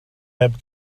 heb